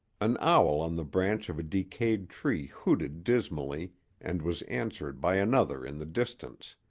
an owl on the branch of a decayed tree hooted dismally and was answered by another in the distance.